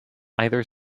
either